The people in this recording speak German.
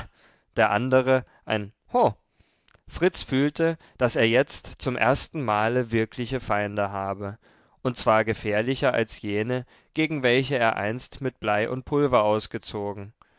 der andere ein ho fritz fühlte daß er jetzt zum ersten male wirkliche feinde habe und zwar gefährlicher als jene gegen welche er einst mit blei und pulver ausgezogen